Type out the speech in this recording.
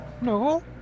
No